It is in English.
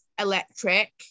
electric